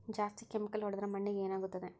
ಜಾಸ್ತಿ ಕೆಮಿಕಲ್ ಹೊಡೆದ್ರ ಮಣ್ಣಿಗೆ ಏನಾಗುತ್ತದೆ?